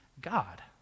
God